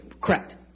correct